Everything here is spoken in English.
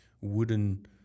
wooden